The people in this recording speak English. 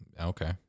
Okay